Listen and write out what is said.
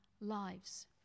lives